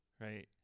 right